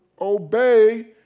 obey